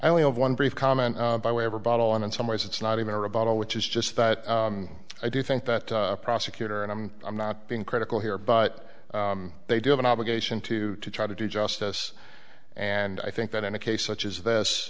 i only have one brief comment by way of a bottle and in some ways it's not even a rebuttal which is just that i do think that a prosecutor and i'm i'm not being critical here but they do have an obligation to try to do justice and i think that in a case such as this